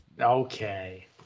Okay